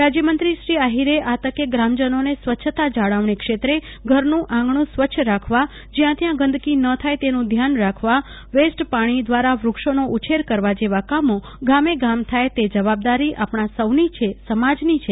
રાજયમંત્રીશ્રી આહિરે આ તકે ગ્રામજનોને સ્વચ્છતા જાળવણી ક્ષેત્રે ઘરનું આંગણું સ્વચ્છ રાખવા જયાં ત્યાં ગંદકી ન થાય તેનું ધ્યાન રાખવા વેસ્ટ પાણી દ્વારા વૃક્ષોનો ઉછેર કરવા જેવા કામો ગામે ગામ થાય તે જવાબદારી આપણા સૌની છે સમાજની છે